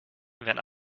wenn